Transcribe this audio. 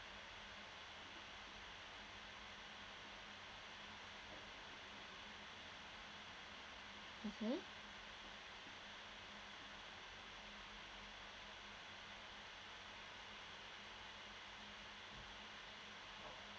mmhmm